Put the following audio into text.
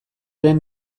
den